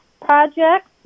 projects